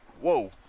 whoa